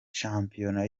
shampiyona